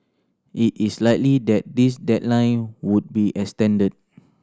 it is likely that this deadline would be extended